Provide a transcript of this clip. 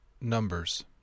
Numbers